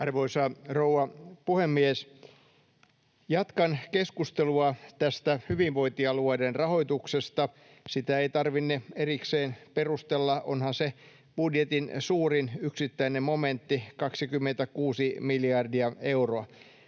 Arvoisa rouva puhemies! Jatkan keskustelua tästä hyvinvointialueiden rahoituksesta. Sitä ei tarvinne erikseen perustella, onhan se budjetin suurin yksittäinen momentti, 26 miljardia euroa.